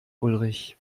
ulrich